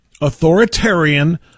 authoritarian